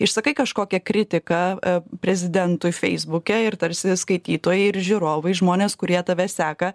išsakai kažkokią kritiką prezidentui feisbuke ir tarsi skaitytojai ir žiūrovai žmonės kurie tave seka